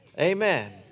Amen